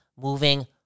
moving